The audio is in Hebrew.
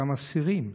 אותם אסירים.